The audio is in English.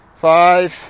five